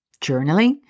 journaling